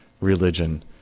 religion